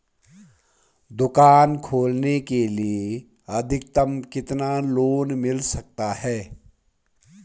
दुकान खोलने के लिए अधिकतम कितना लोन मिल सकता है?